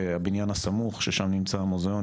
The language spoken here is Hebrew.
הבניין הסמוך ששם נמצא המוזיאון,